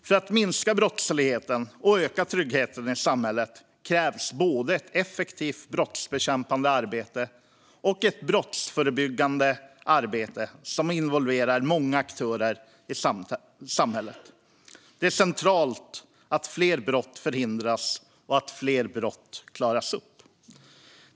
För att minska brottsligheten och öka tryggheten i samhället krävs både ett effektivt brottsbekämpande arbete och ett brottsförebyggande arbete som involverar många aktörer i samhället. Det är centralt att fler brott förhindras och att fler brott klaras upp.